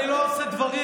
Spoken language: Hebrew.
אני לא אעשה דברים